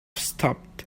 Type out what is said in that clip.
stopped